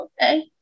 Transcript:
Okay